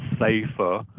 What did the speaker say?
safer